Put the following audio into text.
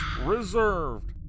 reserved